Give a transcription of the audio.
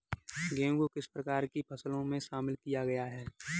गेहूँ को किस प्रकार की फसलों में शामिल किया गया है?